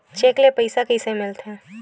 Cheque ले पईसा कइसे मिलथे?